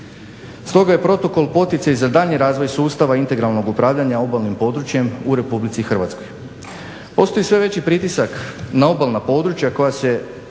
Stoga je protokol poticaj za daljnji razvoj sustava integralnog upravljanja obalnim područjem u Republici Hrvatskoj. Postoji sve veći pritisak na obalna područja koji se